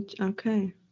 Okay